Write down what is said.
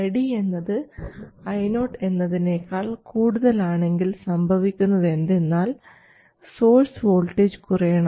ID എന്നത് Io എന്നതിനെക്കാൾ കൂടുതൽ ആണെങ്കിൽ സംഭവിക്കുന്നത് എന്തെന്നാൽ സോഴ്സ് വോൾട്ടേജ് കുറയണം